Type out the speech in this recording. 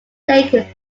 lake